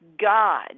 God